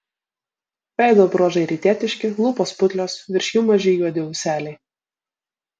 veido bruožai rytietiški lūpos putlios virš jų maži juodi ūseliai